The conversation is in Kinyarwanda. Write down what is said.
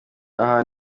aha